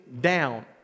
down